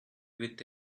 with